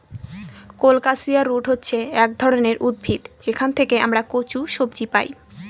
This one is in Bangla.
কোলকাসিয়া রুট হচ্ছে এক ধরনের উদ্ভিদ যেখান থেকে আমরা কচু সবজি পাই